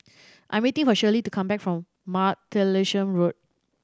I am waiting for Shirley to come back from Martlesham Road